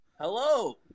Hello